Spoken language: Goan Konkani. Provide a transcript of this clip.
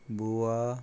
बुआ